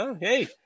Hey